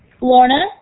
Lorna